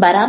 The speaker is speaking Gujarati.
બરાબર ને